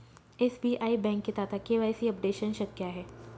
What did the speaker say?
SBI बँकेत आता KYC updation शक्य आहे